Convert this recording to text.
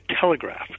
telegraph